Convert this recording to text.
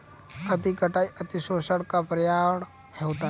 अति कटाई अतिशोषण का पर्याय होता है